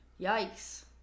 Yikes